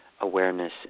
awareness